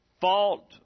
fault